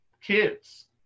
kids